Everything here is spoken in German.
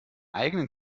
eigenen